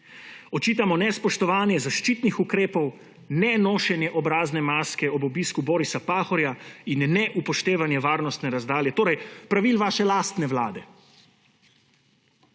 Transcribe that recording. Očitamo nespoštovanje zaščitnih ukrepov, nenošenje obrazne maske ob obisku Borisa Pahorja in neupoštevanje varnostne razdalje, torej pravil vaše lastne vlade.